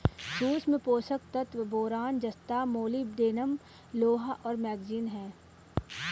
सूक्ष्म पोषक तत्व बोरान जस्ता मोलिब्डेनम लोहा और मैंगनीज हैं